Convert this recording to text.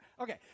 Okay